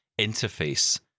interface